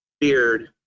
beard